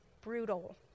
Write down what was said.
brutal